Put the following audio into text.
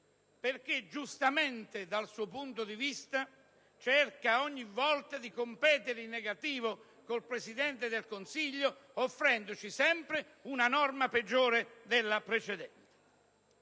perché, giustamente, dal suo punto di vista, cerca ogni volta di competere in negativo con il Presidente del Consiglio, offrendoci sempre una norma peggiore della precedente.